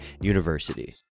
university